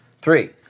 Three